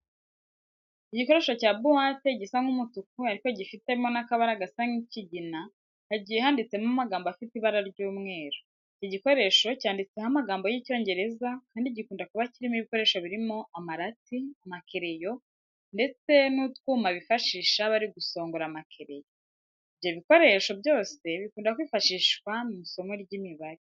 Igikoresho cya buwate gisa nk'umutuku ariko gifitemo n'akabara gasa nk'ikigina, hagiye handitsemo amagambo afite ibara ry'umweru. Iki gikoresho cyanditseho amagambo y'Icyongereza kandi gikunda kuba kirimo ibikoresho birimo amarati, amakereyo ndetse n'utwuma bifashisha bari gusongora amakereyo. Ibyo bikoresho byose bikunda kwifashishwa mu isomo ry'imibare.